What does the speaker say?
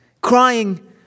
crying